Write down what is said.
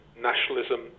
nationalism